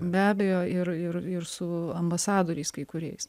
be abejo ir ir ir su ambasadoriais kai kuriais